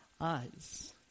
eyes